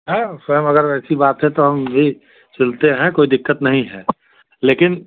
है स्वयं अगर ऐसी बात है तो हम भी सिलते हैं कोई दिक्कत नहीं है लेकिन